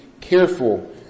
careful